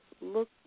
look